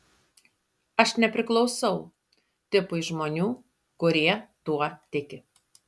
aš nepriklausau tipui žmonių kurie tuo tiki